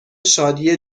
شادی